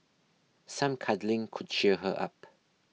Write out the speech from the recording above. some cuddling could cheer her up